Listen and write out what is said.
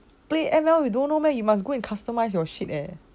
play M_L you don't know meh you must go and customise your shit eh